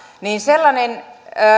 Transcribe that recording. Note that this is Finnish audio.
niin sellainen